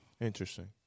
Interesting